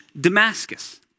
Damascus